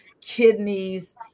kidneys